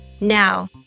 Now